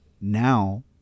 Now